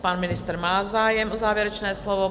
Pan ministr má zájem o závěrečné slovo.